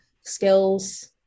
skills